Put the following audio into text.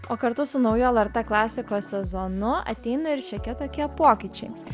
o kartu su nauju lrt klasikos sezonu ateina ir šiokia tokie pokyčiai